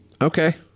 Okay